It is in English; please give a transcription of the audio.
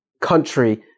country